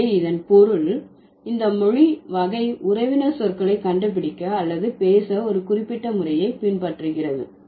எனவே இதன் பொருள் இந்த மொழி வகை உறவினர் சொற்களை கண்டுபிடிக்க அல்லது பேச ஒரு குறிப்பிட்ட முறையை பின்பற்றுகிறது